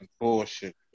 Bullshit